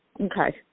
Okay